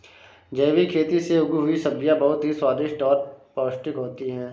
जैविक खेती से उगी हुई सब्जियां बहुत ही स्वादिष्ट और पौष्टिक होते हैं